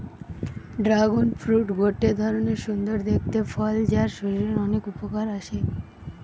dragon fruit গটে ধরণের সুন্দর দেখতে ফল যার শরীরের অনেক উপকার আছে